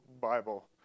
Bible